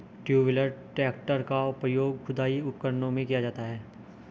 to wheeler tractor का प्रयोग खुदाई उपकरणों में किया जाता हैं